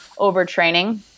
overtraining